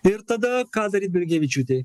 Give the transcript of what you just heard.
ir tada ką daryt blinkevičiūtei